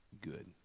good